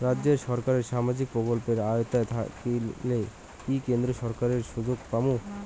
রাজ্য সরকারের সামাজিক প্রকল্পের আওতায় থাকিলে কি কেন্দ্র সরকারের ওই সুযোগ পামু?